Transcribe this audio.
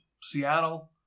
Seattle